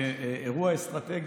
כאירוע אסטרטגי.